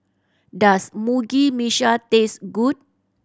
does Mugi taste good